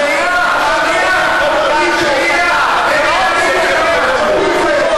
שנייה, שנייה, תן לי שנייה, תן לי להגיד לך משהו.